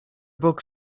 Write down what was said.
books